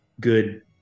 good